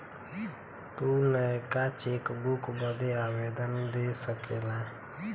तू नयका चेकबुक बदे आवेदन दे सकेला